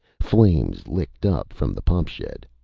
flames licked up from the pump shed.